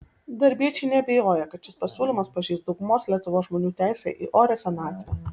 darbiečiai neabejoja kad šis pasiūlymas pažeis daugumos lietuvos žmonių teisę į orią senatvę